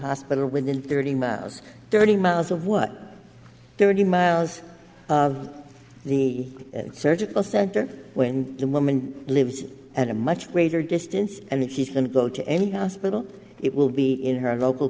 hospital within thirty miles thirty miles of what thirty miles of the surgical center when the woman lives at a much greater distance and he's going to go to any hospital it will be in her local